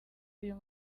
uyu